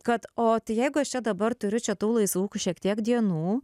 kad o jeigu aš čia dabar turiu čia tų laisvų šiek tiek dienų